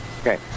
okay